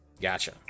Gotcha